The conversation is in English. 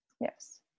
yes